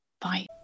Bye